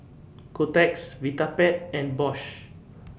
Kotex Vitapet and Bosch